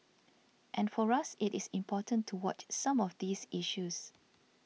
and for us it is important to watch some of these issues